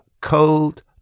cold